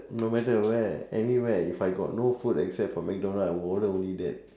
no matter at where anywhere if I got no food except for McDonalds I would only order that